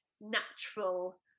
natural